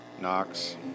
Knox